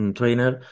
trainer